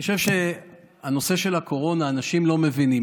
אני חושב שבנושא של הקורונה אנשים לא מבינים,